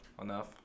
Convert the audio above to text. enough